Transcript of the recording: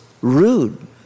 rude